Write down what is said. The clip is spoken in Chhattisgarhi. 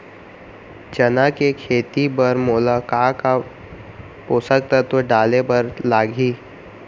चना के खेती बर मोला का का पोसक तत्व डाले बर लागही?